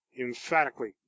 emphatically